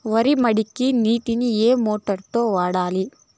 వరి మడికి నీటిని ఏ మోటారు తో వాడాలి?